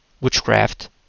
Witchcraft